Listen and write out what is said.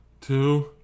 two